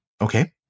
Okay